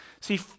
See